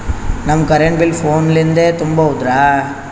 ನಮ್ current bill ಫೋನ ಲಿಂದೇ ತುಂಬೌದ್ರಾ?